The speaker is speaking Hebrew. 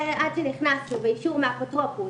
עד שנכנסנו ואישור מהאפוטרופוס,